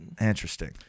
interesting